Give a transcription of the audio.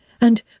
And